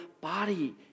body